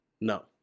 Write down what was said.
No